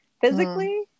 physically